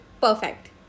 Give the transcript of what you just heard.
perfect